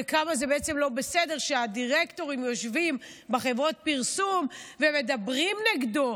וכמה זה בעצם לא בסדר שהדירקטורים יושבים בחברות פרסום ומדברים נגדו,